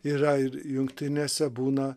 yra ir jungtinėse būna